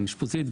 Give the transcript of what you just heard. גם אשפוזית,